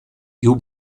you